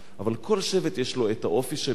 אבל כל שבט יש לו את האופי שלו,